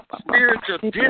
spiritual